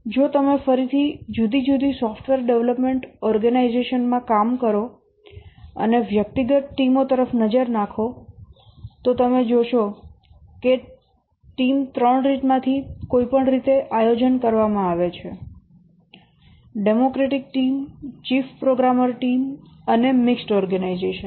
જો તમે ફરીથી જુદી જુદી સોફ્ટવેર ડેવલપમેન્ટ ઓર્ગેનાઇઝેશનમાં કામ કરો અને વ્યક્તિગત ટીમો તરફ નજર નાખો તો તમે જોશો કે ટીમ ત્રણ રીત માંથી કોઈપણ રીતે આયોજન કરવામાં આવે છે democratic team chief programmer team અને મિક્સડ ઓર્ગેનાઇઝેશન